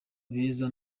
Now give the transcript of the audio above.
beza